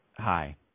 Hi